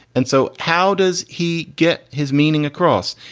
and so how does he get his meaning across?